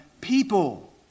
people